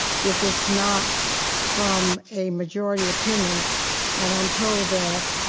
if it's not from a majority opinion and i'm told that,